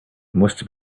must